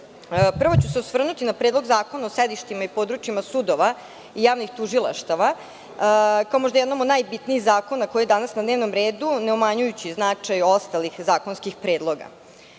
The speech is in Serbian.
ću se osvrnuti na Predlog zakona o sedištima i područjima sudova i javnih tužilaštava kao možda jednom od najbitnijih zakona koji je danas na dnevnom redu, ne umanjujući značaj ostalih zakonskih predloga.